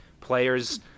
players